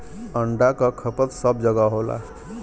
अंडा क खपत सब जगह होला